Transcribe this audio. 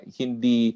hindi